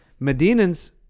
Medinans